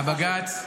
בג"ץ,